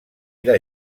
era